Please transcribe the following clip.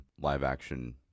live-action